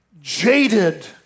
jaded